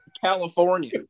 California